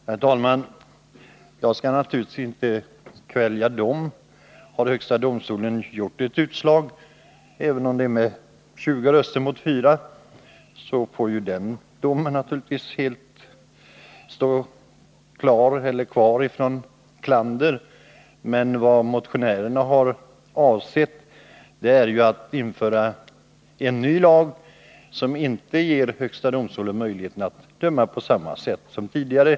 Herr talman! Jag skall naturligtvis inte kvälja dom. Har regeringsrätten avkunnat ett utslag — även om det var med 20 röster mot 4 — går givetvis den domen fri från klander. Men vad motionärerna har avsett är att införa en ny lag som inte ger regeringsrätten möjlighet att döma på samma sätt som tidigare.